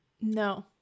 No